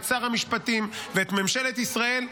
את שר המשפטים ואת ממשלת ישראל,